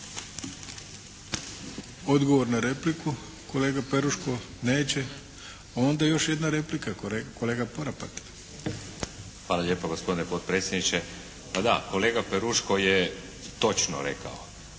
Odgovor na repliku, kolega Peruško? Neće. Onda još jedna replika, kolega Poropat. **Poropat, Valter (IDS)** Hvala lijepa gospodine potpredsjedniče. Pa da, kolega Peruško je točno rekao.